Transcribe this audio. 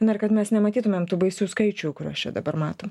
na ir kad mes nematytumėm tų baisių skaičių kuriuos čia dabar matom